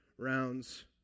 Rounds